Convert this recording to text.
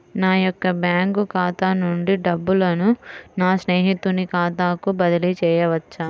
నా యొక్క బ్యాంకు ఖాతా నుండి డబ్బులను నా స్నేహితుని ఖాతాకు బదిలీ చేయవచ్చా?